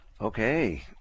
Okay